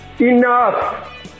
Enough